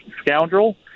scoundrel